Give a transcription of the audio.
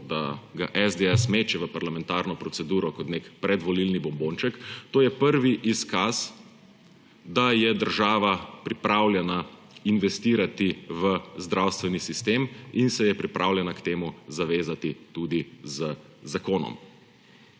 da ga SDS meče v parlamentarno proceduro kot nek predvolilni bombonček, to je prvi izkaz, da je država pripravljena investirati v zdravstveni sistem in se je pripravljena k temu zavezati tudi z zakonom.